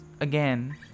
again